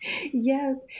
yes